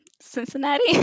cincinnati